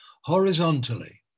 horizontally